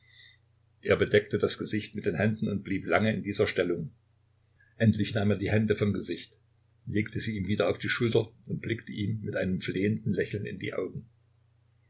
er bedeckte das gesicht mit den händen und blieb lange in dieser stellung endlich nahm er die hände vom gesicht legte sie ihm wieder auf die schultern und blickte ihm mit einem flehenden lächeln in die augen